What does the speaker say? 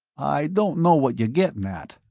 i don't know what you're getting at,